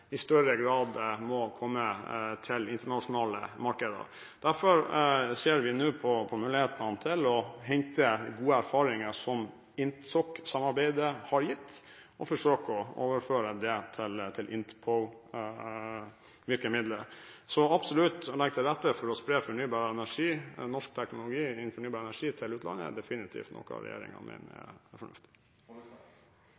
i større grad kommer til internasjonale markeder. Derfor ser vi nå på mulighetene til å hente gode erfaringer som INTSOK-samarbeidet har gitt, og forsøke å overføre det til INTPOW-virkemiddelet. Så det å legge til rette for å spre norsk teknologi innen fornybar energi til utlandet er definitivt noe regjeringen mener